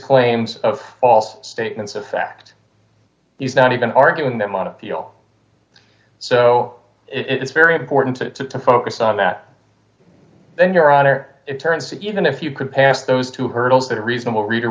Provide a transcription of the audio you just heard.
claims of all statements of fact he's not even arguing them on appeal so it's very important to focus on that then your honor it turns even if you could pass those two hurdles that a reasonable reader